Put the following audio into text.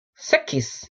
sekiz